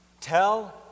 Tell